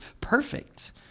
perfect